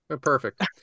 Perfect